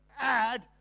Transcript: add